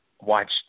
watch